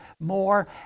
more